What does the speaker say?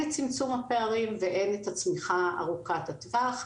את צמצום הפערים והן את הצמיחה ארוכת הטווח.